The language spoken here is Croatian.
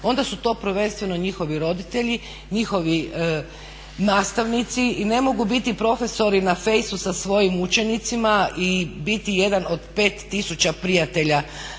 onda su to prvenstveno njihovi roditelji, nastavnici i ne mogu biti profesori na fejsu sa svojim učenicima i biti jedan od 5 tisuća prijatelja